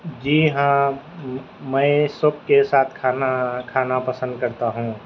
جی ہاں میں سب کے ساتھ کھانا کھانا پسند کرتا ہوں